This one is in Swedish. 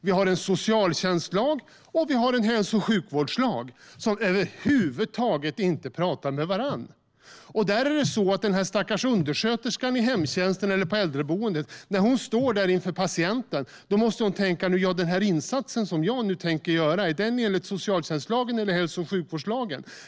Vi har en socialtjänstlag och vi har en hälso och sjukvårdslag som över huvud taget inte pratar med varandra. När den stackars undersköterskan i hemtjänsten eller på äldreboendet står där inför patienten måste hon tänka: Den insats som jag nu tänker göra - är den enligt socialtjänstlagen eller hälso och sjukvårdslagen?